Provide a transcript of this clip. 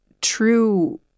true